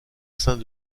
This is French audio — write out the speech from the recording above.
saint